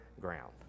Ground